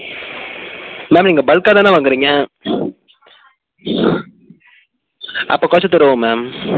ma'am நீங்கள் பல்காக தானே வாங்குகிறீங்க அப்போ கொறைச்சுத் தருவோம் மேம்